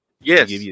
Yes